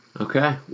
Okay